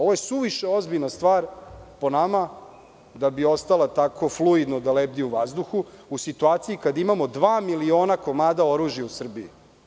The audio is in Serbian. Ovo je suviše ozbiljna stvar, po nama, da bi ostala tako fluidno da lebdi u vazduhu, u situaciji kad imamo dva miliona komada oružja u Srbiji.